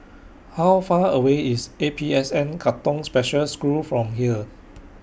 How Far away IS A P S N Katong Special School from here